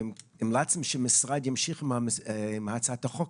אתם המלצתם שהמשרד ימשיך עם הצעת החוק,